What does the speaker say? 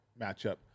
matchup